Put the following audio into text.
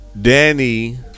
Danny